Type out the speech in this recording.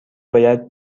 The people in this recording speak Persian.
باید